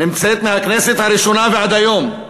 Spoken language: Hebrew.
נמצאת מהכנסת הראשונה ועד היום.